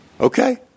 Okay